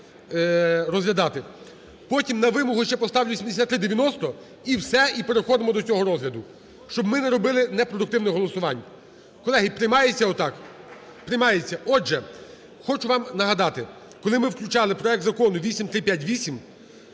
розглядати. Потім на вимогу ще поставлю 7390 і все, і переходимо до цього розгляду, щоб ми не робили не продуктивне голосування. Колеги, приймається так? Приймається. Отже, хочу вам нагадати, коли ми включали проект Закону 8358,